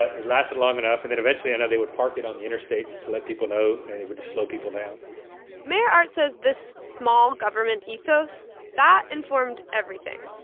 ah it lasted long enough. and then eventually, i know they would park it on the interstate to let people know, and it would just slow people down mayor art says this small government ethos that informed everything,